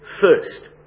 first